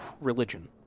Religion